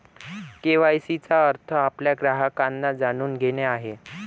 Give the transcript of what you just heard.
KYC चा अर्थ आपल्या ग्राहकांना जाणून घेणे आहे